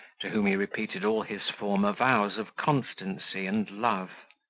to whom he repeated all his former vows of constancy and love.